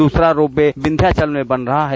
दूसरा ropeway Vindhyachal में बन रहा है